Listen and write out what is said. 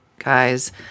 guys